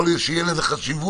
יכול להיות שתהיה לזה חשיבות,